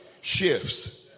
shifts